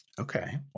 Okay